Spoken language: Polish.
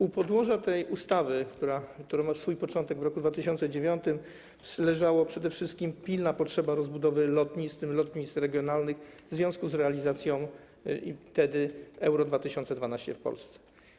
U podłoża tej ustawy, która ma swój początek w roku 2009, leżała przede wszystkim pilna potrzeba rozbudowy lotnisk, w tym lotnisk regionalnych, w związku z realizacją wtedy Euro 2012 w Polsce.